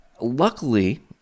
luckily